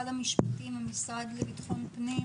המפשטים, המשרד לביטחון פנים